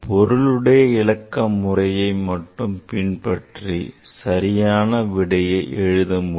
பொருளுடையவிலக்க முறையை மட்டும் பின்பற்றி சரியான விடையை எழுத முடியும்